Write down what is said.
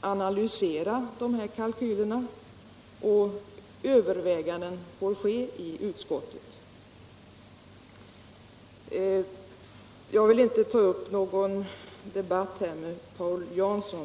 analysera kalkylerna, och överväganden får göras i utskottet. Jag vill inte ta upp någon debatt med Paul Jansson.